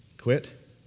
quit